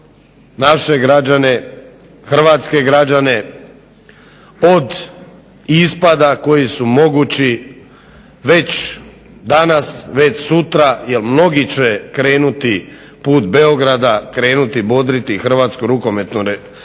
naše građane, hrvatske građane od ispada koji su mogući već danas, već sutra jer mnogi će krenuti put Beograda, krenuti bodriti hrvatsku rukometnu